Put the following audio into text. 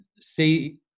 see